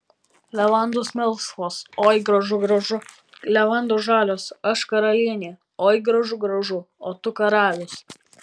levandos melsvos oi gražu gražu levandos žalios aš karalienė oi gražu gražu o tu karalius